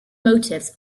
motifs